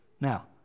Now